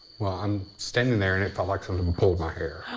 well, i'm standing there and it felt like someone pulled my hair.